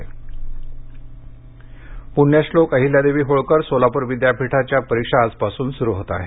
परिक्षा पुण्यश्लोक अहिल्यादेवी होळकर सोलापूर विद्यापीठाच्या परक्षा आजपासून सुरू होत आहेत